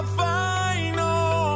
final